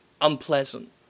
unpleasant